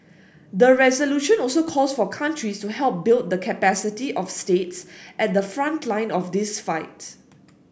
the resolution also calls for countries to help build the capacity of states at the front line of this fight